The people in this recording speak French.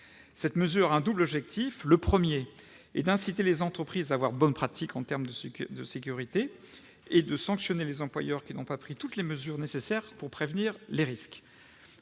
Cette mesure a un double objectif. Le premier est d'inciter les entreprises à avoir de bonnes pratiques en termes de sécurité et de sanctionner les employeurs qui n'ont pas pris toutes les mesures nécessaires pour prévenir les risques.